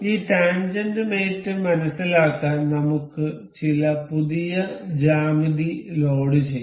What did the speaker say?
ഈ ടാൻജെന്റ് മേറ്റ് മനസിലാക്കാൻ നമുക്ക് ചില പുതിയ ജ്യാമിതി ലോഡുചെയ്യാം